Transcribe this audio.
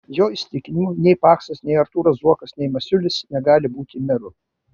jo įsitikinimu nei paksas nei artūras zuokas nei masiulis negali būti meru